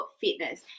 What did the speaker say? Fitness